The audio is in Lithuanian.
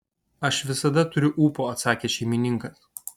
aš visada turiu ūpo atsakė šeimininkas